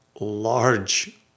large